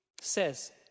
says